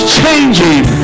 changing